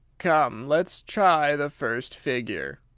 come, let's try the first figure!